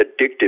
addictive